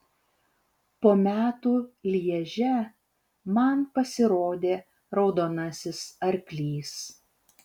po metų lježe man pasirodė raudonasis arklys